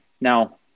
Now